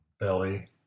belly